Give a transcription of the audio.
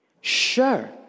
Sure